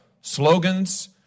slogans